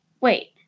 wait